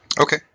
Okay